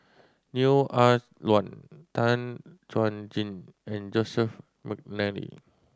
Neo Ah Luan Tan Chuan Jin and Joseph McNally